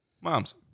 Moms